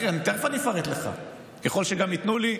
תכף אני אפרט לך, ככל שגם ייתנו לי.